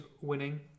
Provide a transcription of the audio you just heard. winning